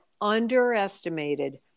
underestimated